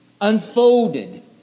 unfolded